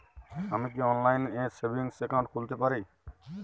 আমি কি অনলাইন এ সেভিংস অ্যাকাউন্ট খুলতে পারি?